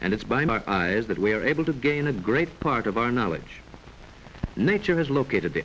and it's by my eyes that we are able to gain a great part of our knowledge nature has located